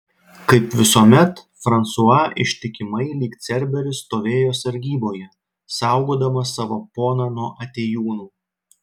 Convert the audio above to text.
kaip visuomet fransua ištikimai lyg cerberis stovėjo sargyboje saugodamas savo poną nuo atėjūnų